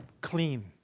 clean